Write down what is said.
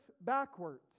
backwards